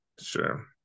Sure